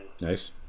nice